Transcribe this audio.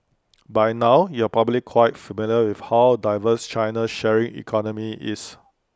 by now you're probably quite familiar with how diverse China's sharing economy is